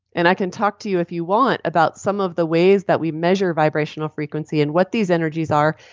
and i can talk to you if you want, about some of the ways that we measure vibrational frequency and what these energies are,